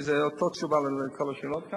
כי זו אותה תשובה על כל השאלות כאן,